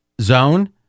zone